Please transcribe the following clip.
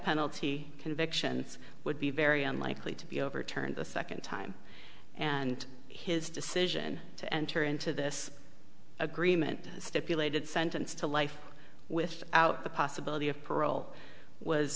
penalty convictions would be very unlikely to be overturned the second time and his decision to enter into this agreement stipulated sentence to life with out the possibility of parole was